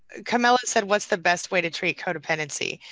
camela said what's the best way to treat codependency?